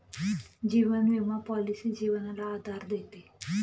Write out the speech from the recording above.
जीवन विमा पॉलिसी जीवनाला आधार देते